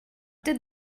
did